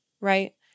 right